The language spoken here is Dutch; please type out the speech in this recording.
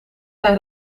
zijn